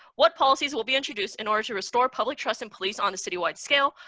what policies will be introduced in order to restore public trust in police on a citywide scale.